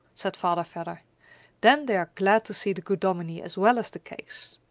said father vedder then they are glad to see the good dominie as well as the cakes.